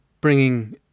bringing